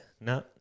No